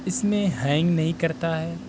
اس میں ہینگ نہیں کرتا ہے